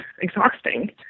exhausting